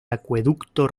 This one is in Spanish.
acueducto